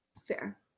Fair